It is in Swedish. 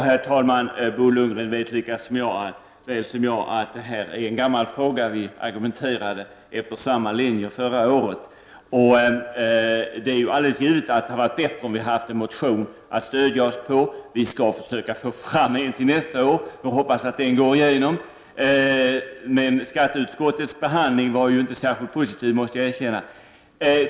Herr talman! Bo Lundgren vet lika väl som jag att detta är en gammal fråga. Vi argumenterade efter samma linjer förra året. Det är givet att det hade varit bättre om vi i miljöpartiet hade kunnat stödja oss på en motion. Vi skall försöka få fram en sådan till nästa år. Hoppas att den skall gå igenom. Men skatteutskottets behandling var ju inte särskilt positiv, det måste jag erkänna.